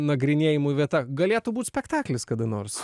nagrinėjimui vieta galėtų būti spektaklis kada nors